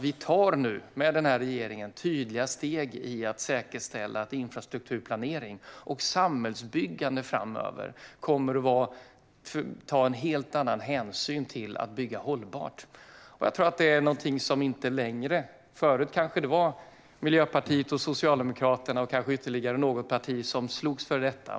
Vi tar nu med den här regeringen tydliga steg i att säkerställa att infrastrukturplanering och samhällsbyggande framöver kommer att ta en helt annan hänsyn till att bygga hållbart. Förut kanske det var Miljöpartiet och Socialdemokraterna och kanske ytterligare något parti som slogs för detta.